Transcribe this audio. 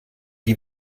die